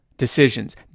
decisions